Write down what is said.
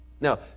Now